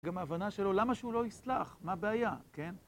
גם ההבנה שלו למה שהוא לא יסלח, מה הבעיה, כן?